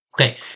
Okay